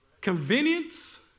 Convenience